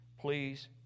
Please